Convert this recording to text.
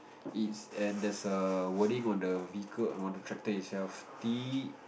it's at there's a wording with the vehicle and on the tractor itself T